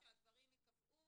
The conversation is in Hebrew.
כדי שהדברים ייקבעו